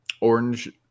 orange